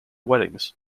weddings